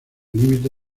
límite